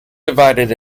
divided